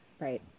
Right